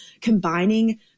combining